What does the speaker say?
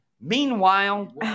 Meanwhile